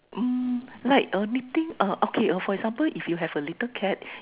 um like a knitting uh okay for example if you have a little cat